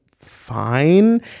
fine